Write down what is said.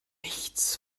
nichts